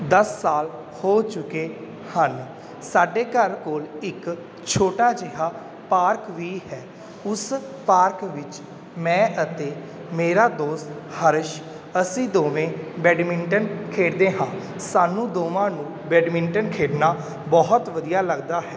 ਦਸ ਸਾਲ ਹੋ ਚੁੱਕੇ ਹਨ ਸਾਡੇ ਘਰ ਕੋਲ ਇੱਕ ਛੋਟਾ ਜਿਹਾ ਪਾਰਕ ਵੀ ਹੈ ਉਸ ਪਾਰਕ ਵਿੱਚ ਮੈਂ ਅਤੇ ਮੇਰਾ ਦੋਸਤ ਹਰਸ਼ ਅਸੀਂ ਦੋਵੇਂ ਬੈਡਮਿੰਟਨ ਖੇਡਦੇ ਹਾਂ ਸਾਨੂੰ ਦੋਵਾਂ ਨੂੰ ਬੈਡਮਿੰਟਨ ਖੇਡਣਾ ਬਹੁਤ ਵਧੀਆ ਲੱਗਦਾ ਹੈ